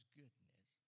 goodness